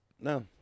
no